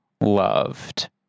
loved